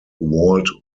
walt